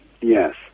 yes